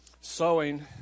sowing